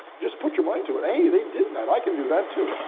just put your mind to it. hey, they did that. i can do that, too.